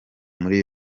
muri